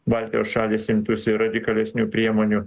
baltijos šalys imtųsi radikalesnių priemonių